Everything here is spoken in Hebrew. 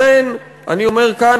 לכן אני אומר כאן,